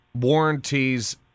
warranties